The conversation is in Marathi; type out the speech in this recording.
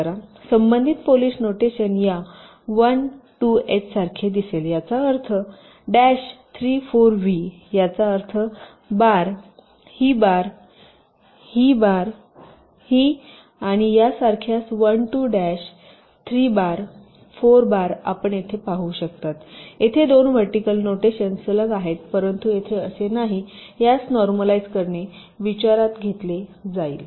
तर संबंधित पॉलिश नोटेशन या 1 2 एचसारखे दिसेल याचा अर्थ डॅश 3 4 व्ही याचा अर्थ बार ही बार ही बार ही आणि या सारख्याच 1 2 डॅश 3 बार 4 बार आपण येथे पाहू शकता येथे दोन व्हर्टिकल नोटेशन सलग आहेत परंतु येथे असे नाही यास नॉर्मलाइझ करणे विचारात घेतले जाईल